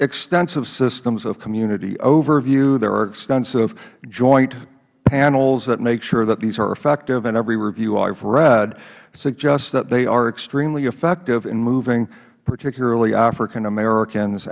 extensive systems of community overview there are extensive joint panels that make sure that these are effective and every review i have read suggests that they are extremely effective in moving particularly african americans